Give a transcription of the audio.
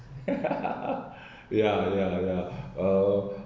yeah yeah yeah